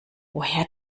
woher